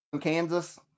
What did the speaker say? Kansas